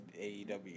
AEW